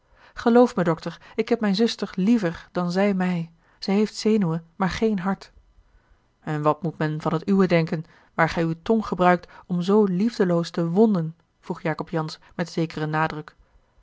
geloof mij dokter ik heb mijne zuster liever dan zij mij zij heeft zenuwen maar geen hart en wat moet men van het uwe denken waar gij uwe tong gebruikt om zoo liefdeloos te wonden vroeg jacob jansz met zekeren nadruk